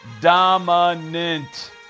dominant